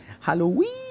Halloween